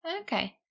Okay